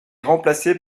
remplacée